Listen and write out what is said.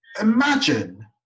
imagine